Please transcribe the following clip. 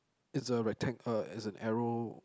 it's a rectang~ uh it's an arrow